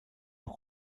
nous